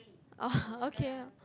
oh okay